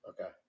Okay